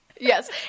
Yes